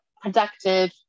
productive